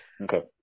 Okay